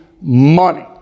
money